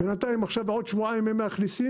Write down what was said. בינתיים עכשיו בעוד שבועיים הם מאכלסים